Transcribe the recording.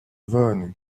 von